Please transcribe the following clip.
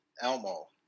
Elmo